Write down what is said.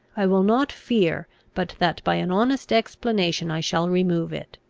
i will not fear but that by an honest explanation i shall remove it.